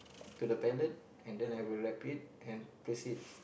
to the palette and then I will wrap it and place it